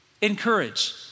Encourage